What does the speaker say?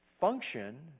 function